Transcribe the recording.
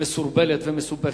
מסורבלת ומסובכת.